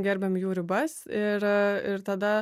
gerbiam jų ribas ir ir tada